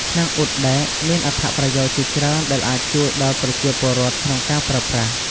ឆ្នាំងអ៊ុតដែក មានអត្ថប្រយោជន៍ជាច្រើនដែលអាចជួយដល់ប្រជាពលរដ្ឋក្នុងការប្រើប្រាស់។